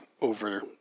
over